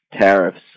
tariffs